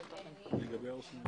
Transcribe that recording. באוויר,